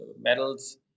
medals